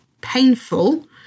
painful